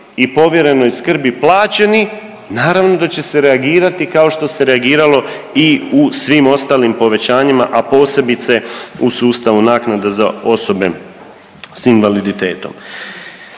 i povjerenoj skrbi plaćeni naravno da će se reagirati kao što se reagiralo i u svim ostalim povećanjima, a posebice u sustavu naknada za osobe sa invaliditetom.